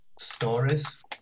stories